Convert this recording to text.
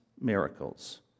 miracles